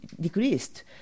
decreased